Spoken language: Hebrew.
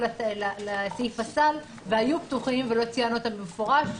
לסעיף הסל והיו פתוחים ולא ציינו אותם במפורש.